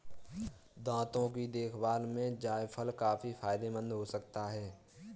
दांतों की देखभाल में जायफल काफी फायदेमंद हो सकता है